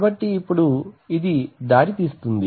కాబట్టి ఇప్పుడు ఇది దారితీస్తుంది